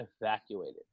evacuated